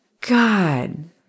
God